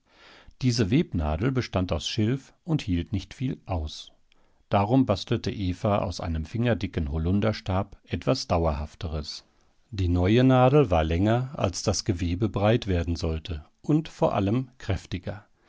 diese webnadel bestand aus schilf und hielt nicht viel aus darum bastelte eva aus einem fingerdicken holunderstab etwas dauerhafteres die neue nadel war länger als das gewebe breit werden sollte und vor allem kräftiger